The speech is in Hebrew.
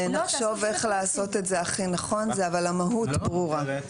נחשוב איך לעשות את זה הכי נכון אבל המהות ברורה.